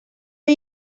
are